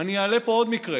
אני אעלה פה עוד מקרה.